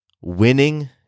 winning